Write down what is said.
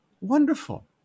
Wonderful